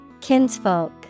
Kinsfolk